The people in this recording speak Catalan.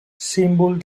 símbol